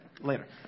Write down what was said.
later